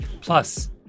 plus